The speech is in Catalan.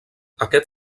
aquest